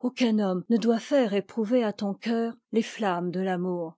aucun homme ne doit faire éprouver à ton cœur les flammes de l'amour